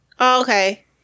Okay